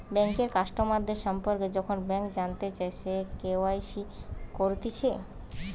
বেঙ্কের কাস্টমারদের সম্পর্কে যখন ব্যাংক জানতে চায়, সে কে.ওয়াই.সি করতিছে